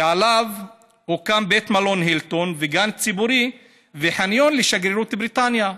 ועליו הוקם בית מלון הילטון וגן ציבורי וחניון לשגרירות בריטניה.